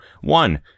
One